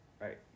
Right